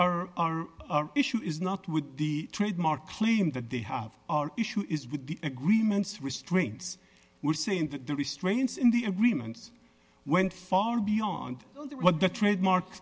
e are our issue is not with the trademark claim that they have issue is with the agreements restraints were saying that the restraints in the agreements went far beyond what the trademark